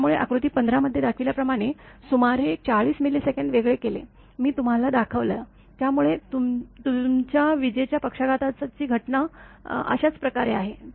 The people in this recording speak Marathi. त्यामुळे आकृती 15 मध्ये दाखवल्याप्रमाणे सुमारे 40 मिलीसेकंद वेगळे केले मी तुम्हांला दाखवलं त्यामुळे तुझ्या विजेच्या पक्षाघाताची घटना अशाच प्रकारे आहे